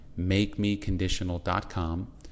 makemeconditional.com